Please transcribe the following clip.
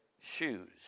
shoes